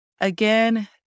again